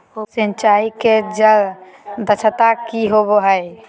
सिंचाई के जल दक्षता कि होवय हैय?